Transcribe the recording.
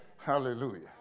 Hallelujah